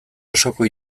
osoko